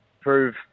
prove